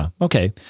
Okay